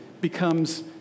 becomes